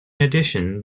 addition